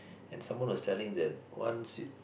and someone was telling that once